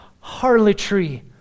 harlotry